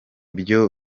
byuma